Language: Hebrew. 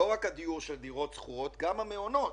לא רק דיור של דירות שכורות, גם מעונות.